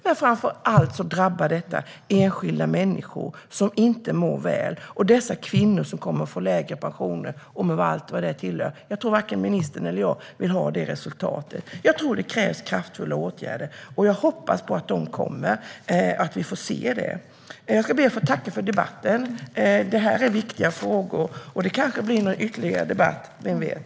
Framför allt drabbar detta enskilda människor som inte mår väl, och det drabbar dessa kvinnor, som kommer att få lägre pensioner och allt vad som hör till det. Jag tror varken ministern eller jag vill ha det resultatet. Jag tror att det krävs kraftfulla åtgärder. Jag hoppas på att de kommer och att vi får se dem. Jag ska be att få tacka för debatten. Det är viktiga frågor. Det kanske blir någon ytterligare debatt - vem vet?